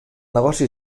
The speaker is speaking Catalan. negoci